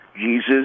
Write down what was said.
Jesus